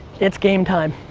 it's game time.